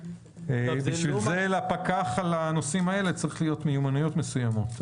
לכן לפקח על הנושאים האלה צריכות להיות מיומנויות מסוימות.